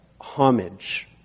homage